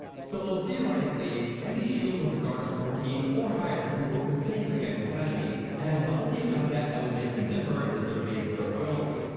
so theoretically, any shield with a guard of fourteen or higher will work the same against this enemy, as the only other stat that would make them differ is their base durability.